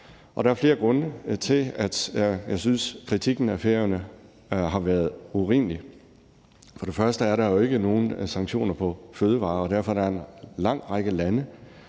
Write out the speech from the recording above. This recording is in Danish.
der er flere grunde til, at jeg synes, kritikken af Færøerne har været urimelig. Først og fremmest er der jo ikke nogen sanktioner på fødevarer, og derfor er der en lang række lande,